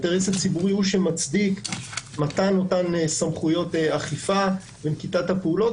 האינטרס הציבורי הוא שמצדיק את מתן אותן סמכויות אכיפה ונקיטת הפעולות,